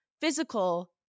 physical